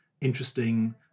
interesting